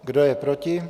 Kdo je proti?